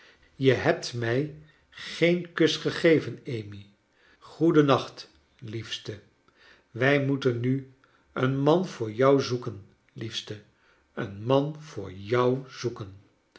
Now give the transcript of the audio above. je hebt mi geen kus gegeven amy goeden nacht liefste wij moeten nu een man voor jou zoeken liefste een man voor jou zoeken